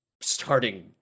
starting